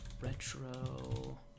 retro